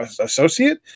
associate